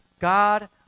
God